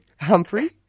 Humphrey